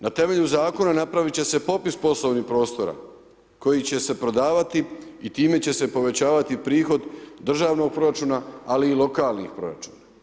Na temelju zakona, napraviti će se popis poslovnih prostora, koji će se prodavati i time će se povećavati prihod državnog proračuna, ali i lokalnih proračuna.